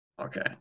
Okay